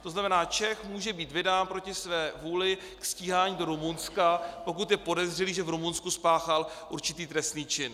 To znamená, že Čech může být vydán proti své vůli ke stíhání do Rumunska, pokud je podezřelý, že v Rumunsku spáchal určitý trestný čin.